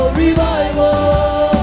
revival